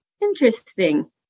interesting